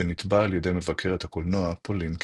שנטבע על ידי מבקרת הקולנוע פולין קייל.